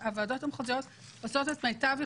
הוועדות המחוזיות עושות כמיטב יכולתן,